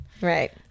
Right